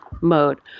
mode